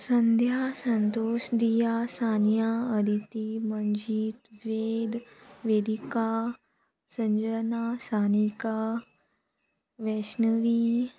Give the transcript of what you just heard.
Sandhya Santosh Diya Sania Aditi Manjeet Ved Vedika Sanjana Sanika Vaishnavi